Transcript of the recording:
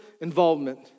involvement